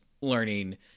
learning